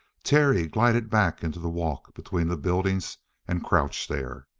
terry glided back into the walk between the buildings and crouched there.